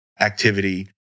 activity